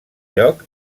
lloc